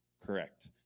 Correct